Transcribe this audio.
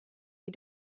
you